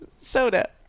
soda